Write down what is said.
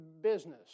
business